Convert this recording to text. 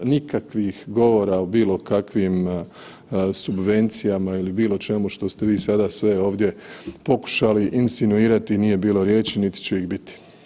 Nikakvih govora o bilo kakvim subvencijama ili bilo čemu što ste vi sada sve ovdje pokušali insinuirati, nije bilo riječi niti će ih biti.